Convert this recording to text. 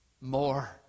more